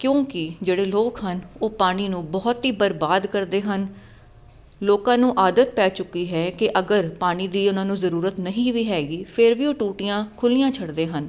ਕਿਉਂਕਿ ਜਿਹੜੇ ਲੋਕ ਹਨ ਉਹ ਪਾਣੀ ਨੂੰ ਬਹੁਤ ਹੀ ਬਰਬਾਦ ਕਰਦੇ ਹਨ ਲੋਕਾਂ ਨੂੰ ਆਦਤ ਪੈ ਚੁੱਕੀ ਹੈ ਕਿ ਅਗਰ ਪਾਣੀ ਦੀ ਉਹਨਾਂ ਨੂੰ ਜ਼ਰੂਰਤ ਨਹੀਂ ਵੀ ਹੈਗੀ ਫਿਰ ਵੀ ਉਹ ਟੂਟੀਆਂ ਖੁੱਲ੍ਹੀਆਂ ਛੱਡਦੇ ਹਨ